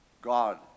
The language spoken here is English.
God